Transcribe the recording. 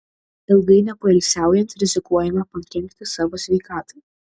ilgai nepoilsiaujant rizikuojama pakenkti savo sveikatai